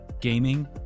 gaming